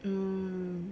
hmm